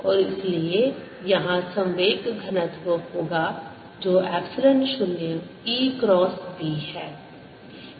और इसलिए यहाँ संवेग घनत्व होगा जो एप्सिलॉन 0 E क्रॉस B है